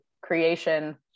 creation